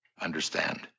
understand